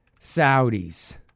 Saudis